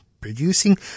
producing